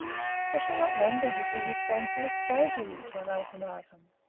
i shall not wonder if he responds most favorably to an ultimatum.